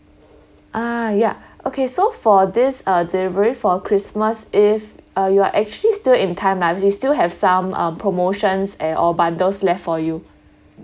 ah ya okay so for this uh delivery for christmas eve uh you are actually still in time lah we still have some um promotions and or bundles left for you